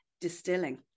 distilling